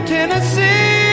Tennessee